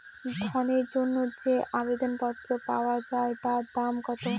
ঋণের জন্য যে আবেদন পত্র পাওয়া য়ায় তার দাম কত?